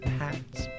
hats